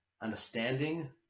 understanding